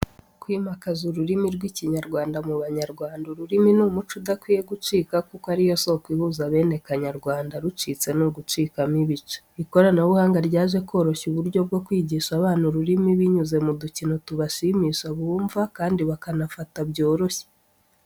Kwimakaza ururimi rw’Ikinyarwanda mu Banyarwanda, ururimi ni umuco udakwiye gucika kuko ari yo soko ihuza bene Kanyarwanda, rucitse ni ugucikamo ibice. Ikoranabuhanga ryaje koroshya uburyo bwo kwigisha abana ururimi binyuze mu dukino tubashimisha bumva, kandi bakanafata byoroshye.